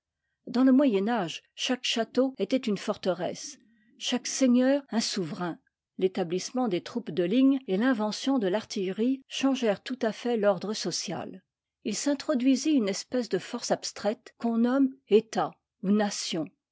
dans le moyen âge chaque château était une forteresse chaque seigneur un souverain l'établissement des troupes de ligne et l'invention de l'artillerie changèrent tout à fait l'ordre social il s'introduisit une espèce de force abstraite qu'on nomme état